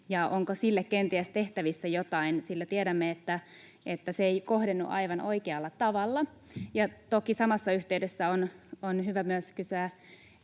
ja onko sille kenties tehtävissä jotain, sillä tiedämme, että se ei kohdennu aivan oikealla tavalla. Toki samassa yhteydessä on hyvä myös kysyä